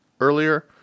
earlier